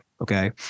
okay